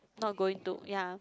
not going to ya